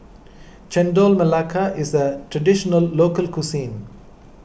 Chendol Melaka is a Traditional Local Cuisine